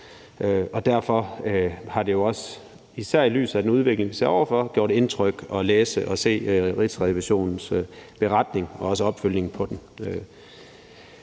vi tager debatten, og især set i lyset af den udvikling, vi står over for, gør det indtryk at læse og se Rigsrevisionens beretning og opfølgningen på den.